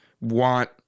want